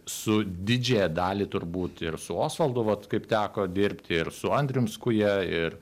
su didžiąją dalį turbūt ir su osvaldu vat kaip teko dirbti ir su andrium skuja ir